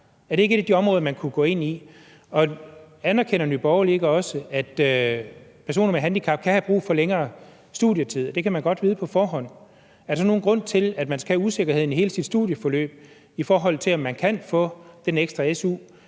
ikke et af de områder, man kunne gå ind i? Anerkender Nye Borgerlige ikke også, at personer med handicap kan have brug for længere studietid? Og det kan man godt vide på forhånd. Er der så nogen grund til, at man skal have usikkerheden i hele sit studieforløb, i forhold til om man kan få den ekstra su,